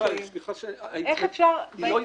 זו לא התנגדות,